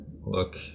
look